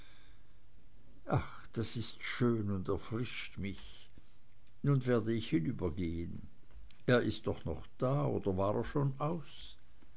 das ist schön und erfrischt mich nun werde ich hinübergehen er ist doch noch da oder war er schon aus